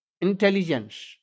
intelligence